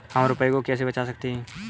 हम रुपये को कैसे बचा सकते हैं?